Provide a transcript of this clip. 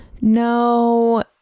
no